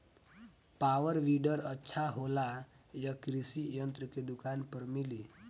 Power weeder अच्छा होला यह कृषि यंत्र के दुकान पर मिली?